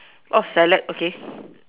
oh salad okay